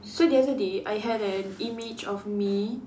so the other day I had an image of me